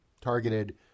targeted